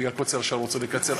בגלל השעה אני רוצה לקצר.